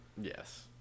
yes